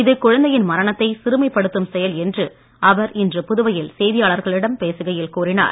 இது குழந்தையின் மரணத்தை சிறுமைப் படுத்தும் செயல் என்று அவர் இன்று புதுவையில் செய்தியாளர்களிடம் பேசுகையில் கூறினார்